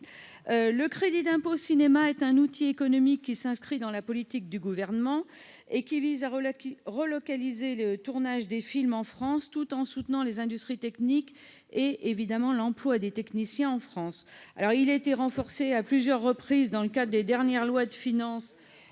Le crédit d'impôt cinéma est un outil économique qui s'inscrit dans la politique du Gouvernement visant à relocaliser le tournage des films en France, tout en soutenant les industries techniques et l'emploi des techniciens en France. Il a été renforcé à plusieurs reprises dans le cadre des dernières lois de finances